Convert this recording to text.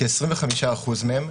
שכ-25% מהם,